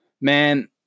Man